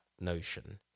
notion